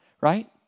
right